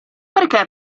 perché